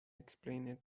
explained